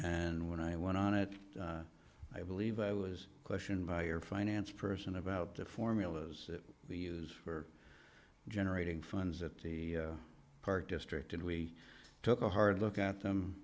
and when i went on it i believe i was questioned by your finance person about the formulas that we use for generating funds at the park district and we took a hard look at them